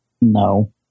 No